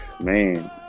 man